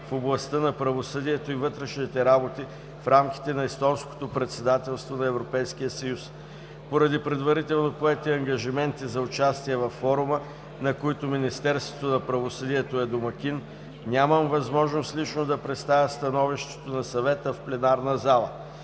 в областта на правосъдието и вътрешните работи в рамките на Естонското председателство на Европейския съюз. Поради предварително поети ангажименти за участие във форума, на които Министерството на правосъдието е домакин, нямам възможност лично да представя становището на Съвета в пленарна зала.